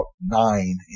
nine